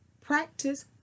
practice